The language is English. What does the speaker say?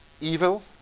evil